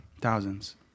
Thousands